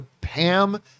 Pam